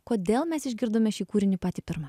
kodėl mes išgirdome šį kūrinį patį pirmą